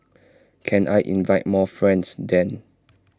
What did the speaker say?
can I invite more friends then